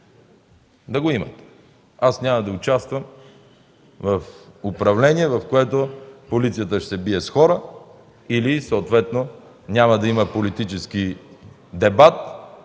да го имат! Аз няма да участвам в управление, в което полицията ще се бие с хора, или съответно няма да има политически дебат,